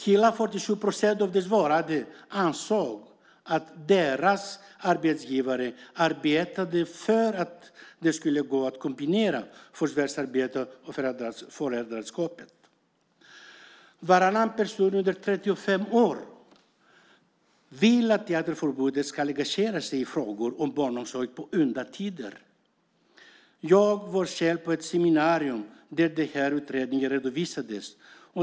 Hela 47 procent av de svarande ansåg att deras arbetsgivare arbetade för att det skulle gå att kombinera förvärvsarbete med föräldraskap. Varannan person under 35 år vill att Teaterförbundet ska engagera sig i frågor om barnomsorg på udda tider. Jag var själv på ett seminarium där utredningen redovisades.